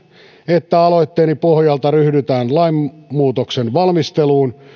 että aloitteeni pohjalta ryhdytään lainmuutoksen valmisteluun